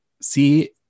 see